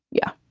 yeah,